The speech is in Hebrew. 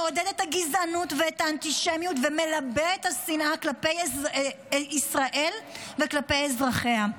מעודד את הגזענות והאנטישמיות ומלבה את השנאה כלפי ישראל וכלפי אזרחיה.